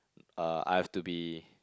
uh I have to be